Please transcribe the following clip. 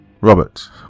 Robert